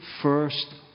first